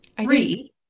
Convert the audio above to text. Three